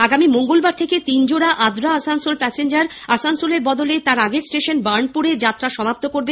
আগামী মঙ্গলবার থেকে তিন জোড়া আদ্রা আসানসোল প্যাসেঞ্জার আসানসোলের বদলে তার আগের স্টেশন বার্ণপুরে যাত্রা সমাপ্ত করবে